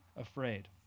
afraid